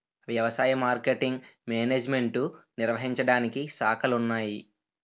వ్యవసాయ marketing management నిర్వహించడానికి శాఖలున్నాయి